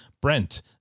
Brent